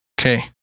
Okay